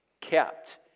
kept